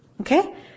Okay